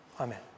Amen